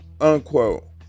unquote